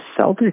Celtics